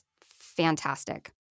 Fantastic